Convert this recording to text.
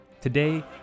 Today